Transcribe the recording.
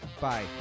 bye